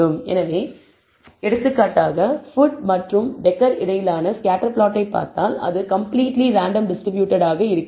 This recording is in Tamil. எனவே எடுத்துக்காட்டாக ஃபுட் மற்றும் டெகர் இடையிலான ஸ்கேட்டர் பிளாட்டை பார்த்தால் அது கம்ப்ளீட்லி ரேண்டம்லி டிஸ்ட்ரிபியூட்டட் ஆக தெரிகிறது